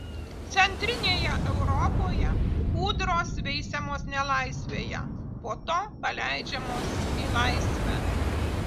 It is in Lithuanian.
centrinėje europoje ūdros veisiamos nelaisvėje po to paleidžiamos į laisvę